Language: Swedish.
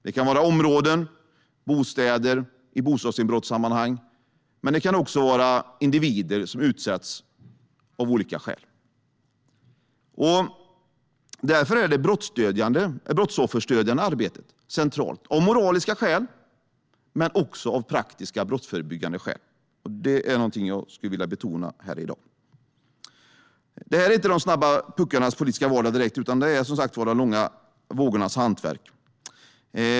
Det kan handla om områden, och bostäder i bostadsinbrottssammanhang, men det kan också gälla individer som utsätts av olika skäl. Därför är det brottsofferstödjande arbetet centralt - av moraliska skäl men också av praktiska, brottsförebyggande skäl. Det är någonting jag skulle vilja betona här i dag. Det här inte direkt de snabba puckarnas politiska vardag, utan det är som sagt de långa vågornas hantverk.